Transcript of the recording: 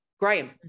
Graham